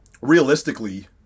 realistically